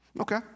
Okay